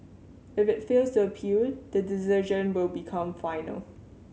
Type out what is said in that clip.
if it fails to appeal the decision will become final